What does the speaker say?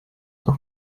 auch